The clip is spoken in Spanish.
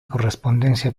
correspondencia